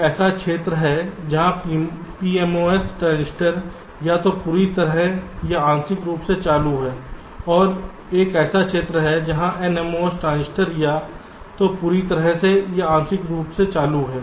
एक ऐसा क्षेत्र है जहां PMOS ट्रांजिस्टर या तो पूरी तरह या आंशिक रूप से चालू है और एक ऐसा क्षेत्र है जहां NMOS ट्रांजिस्टर या तो पूरी तरह से या आंशिक रूप से चालू है